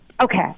Okay